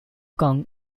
kong